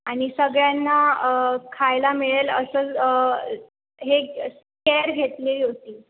आणि सगळ्यांना खायला मिळेल असं हे केअर घेतलेली होती